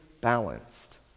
balanced